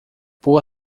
boa